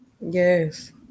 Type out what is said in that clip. yes